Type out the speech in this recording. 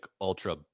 Ultra